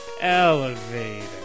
elevator